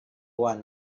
one